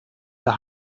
der